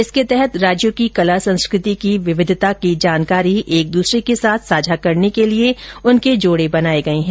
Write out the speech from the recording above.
इसके तहत राज्यों की कला संस्कृति की विविधता की जानकारी एक दूसरे के साथ साझा करने के लिए उनके जोड़े बनाए गए हैं